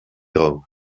grau